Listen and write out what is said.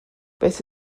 beth